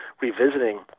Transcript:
revisiting